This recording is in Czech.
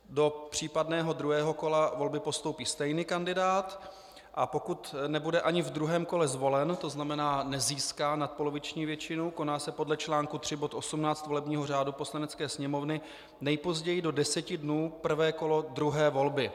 Do případného druhého kola volby postoupí stejný kandidát, a pokud nebude ani v druhém kole zvolen, to znamená, nezíská nadpoloviční většinu, koná se podle článku 3 bod 18 volebního řádu Poslanecké sněmovny nejpozději do deseti dnů prvé kolo druhé volby.